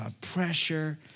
pressure